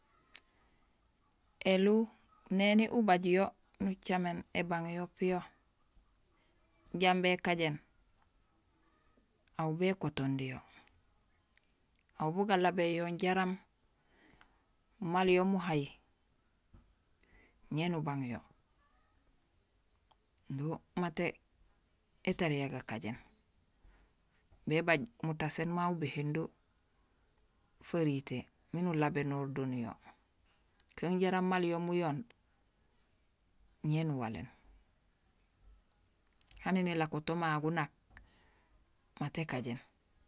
Elihu néni ubaaj yo, nucaméén ébang yo piyo, jambi ékajéén; aw békotondi yo; aw bugalabéén yo jaraam maal yo muhay ñé nubang yo. Do maté étariya gakajéén; bébaj maa mutaséén ubéhén dofaritee miin ulabénoor do niyo kun jaraam maal yo muyonde ñé nuwaléén. Hani nélakoto maa gunák mat ékajéén